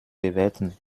bewerten